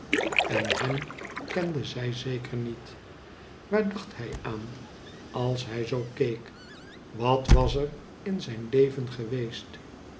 en hem kende zij zeker niet waar dacht hij aan als hij zoo keek wat was er in zijn leven geweest